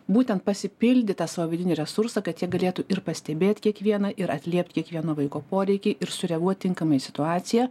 būtent pasipildyt tą savo vidinį resursą kad jie galėtų ir pastebėt kiekvieną ir atliept kiekvieno vaiko poreikį ir sureaguot tinkamai į situaciją